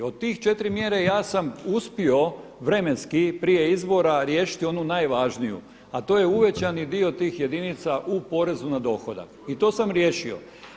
Od tih četiri mjere ja sam uspio vremenski prije izbora riješiti onu najvažniju, a to je uvećani dio tih jedinica u porezu na dohodak i to sam riješio.